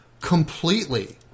completely